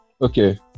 Okay